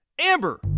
Amber